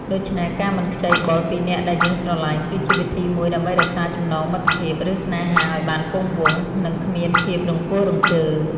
ដូច្នេះ ការមិនខ្ចីបុលពីអ្នកដែលយើងស្រឡាញ់ គឺជាវិធីមួយដើម្បីរក្សាចំណងមិត្តភាព ឬស្នេហាឲ្យបានគង់វង្ស និងគ្មានភាពរង្គោះរង្គើ។